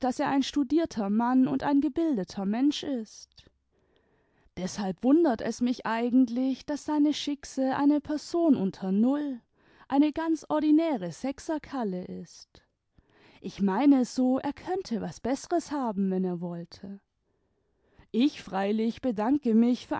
er ein studierter mann und ein gebildeter mensch ist deshalb wundert es mich eigentlich daß seine schickse eine person unter null eine ganz ordinäre sechserkalle ist ich meine so er könnte was besseres haben wenn er wollte ich freilich bedanke mich